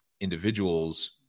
individuals